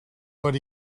but